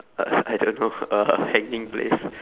uh I don't know a a hanging place